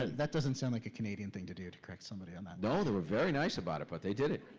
that doesn't sound like a canadian thing to do, to correct somebody on that. no, they were very nice about it, but they did it.